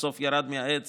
שסוף-סוף ירד מהעץ